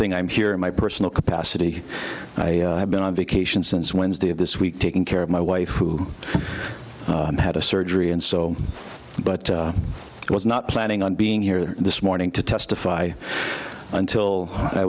thing i'm here in my personal capacity and i have been on vacation since wednesday of this week taking care of my wife who had a surgery and so the he was not planning on being here this morning to testify until i